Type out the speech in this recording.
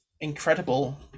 incredible